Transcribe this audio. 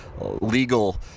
legal